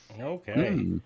Okay